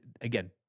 again